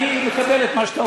אני מקבל את מה שאתה אומר.